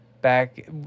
back